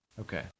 Okay